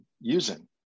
using